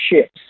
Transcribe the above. ships